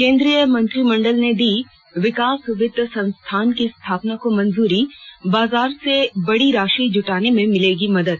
कोन्द्रीय मंत्रिमंडल ने दी विकास वित्त संस्थान की स्थापना को मंजूरी बाजार से बड़ी राशि जुटाने में मिलेगी मदद